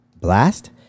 Blast